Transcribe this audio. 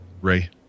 Ray